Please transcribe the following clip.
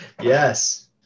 Yes